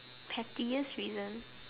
petty this reason